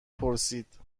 پرسید